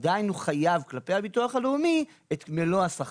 עדיין הוא חייב כלפי הביטוח הלאומי את מלוא השכר.